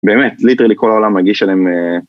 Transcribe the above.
באמת, ליטרי כל העולם מגיש אליהם...